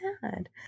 sad